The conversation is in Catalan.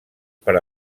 per